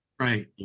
right